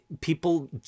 People